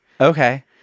Okay